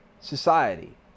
society